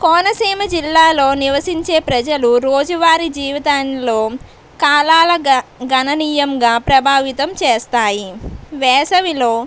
కోనసీమ జిల్లాలో నివసించే ప్రజలు రోజువారీ జీవితంలో కాలాలుగా గణనీయంగా ప్రభావితం చేస్తాయి వేసవిలో